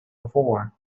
before